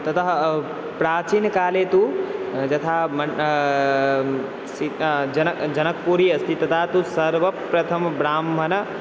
ततः प्राचीनकाले तु यथा मण् सीता जनकः जनकपूरिः अस्ति तथा तु सर्वप्रथमः ब्राह्मणः